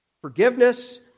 forgiveness